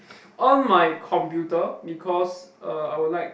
on my computer because uh I would like